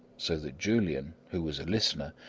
so that julian, who was a listener,